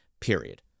Period